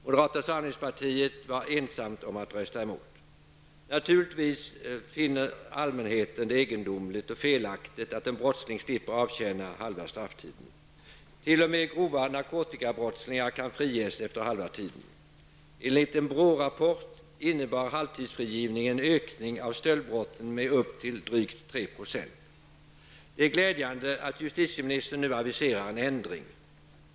Moderata samlingspartiet var ensamt om att rösta emot. Allmänheten finner det naturligtvis egendomligt och felaktigt att en brottsling slipper avtjäna halva strafftiden. T.o.m. personer som är dömda för grova narkotikabrott kan friges efter halva tiden. Det är glädjande att justitieministern nu aviserar en ändring.